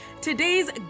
Today's